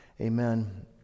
Amen